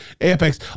apex